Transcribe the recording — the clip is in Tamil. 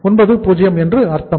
90 என்று அர்த்தம்